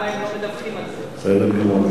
בסדר גמור,